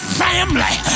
family